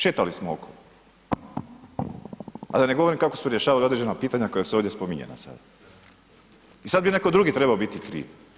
Šetali smo okolo, a da ne govorim kako su rješavali određena pitanja koja su ovdje spominjana sada i sad bi netko drugi trebao biti kriv?